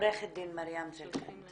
עורכת דין מרים זלקינד.